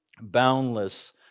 boundless